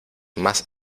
más